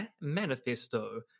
manifesto